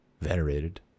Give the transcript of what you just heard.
venerated